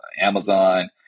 Amazon